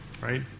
Right